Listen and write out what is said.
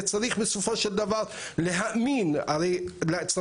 צריך בסופו של דבר להאמין ליצרן.